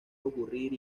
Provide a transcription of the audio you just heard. ocurrir